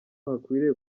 hakwiriye